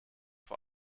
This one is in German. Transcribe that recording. vor